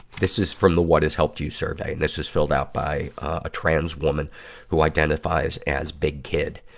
this is from the what has helped you survey, and this is filled out by, ah, a trans woman who identifies as big kid.